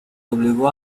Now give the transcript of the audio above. obligó